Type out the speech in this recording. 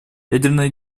ядерные